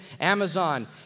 Amazon